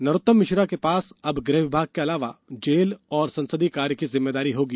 नरोत्तम मिश्रा के पास अब गृह विभाग के अलावा जेल और संसदीय कार्य की जिम्मेदारी होगी